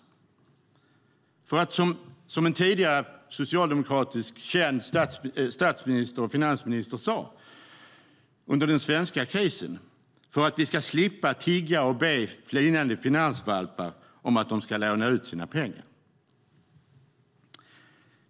Det behövs för att vi - som en känd tidigare socialdemokratisk statsminister och finansminister sade under den svenska krisen - ska slippa tigga och be flinande finansvalpar om att de ska låna ut sina pengar.